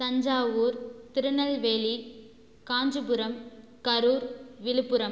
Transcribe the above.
Thanjavur Tirunelveli Kanchipuram Karur Villupuram